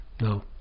no